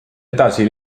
edasi